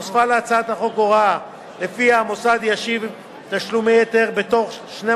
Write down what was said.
נוספה להצעת החוק הוראה שלפיה המוסד ישיב תשלומי יתר בתוך 12